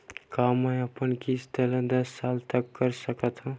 का मैं अपन किस्त ला दस साल तक कर सकत हव?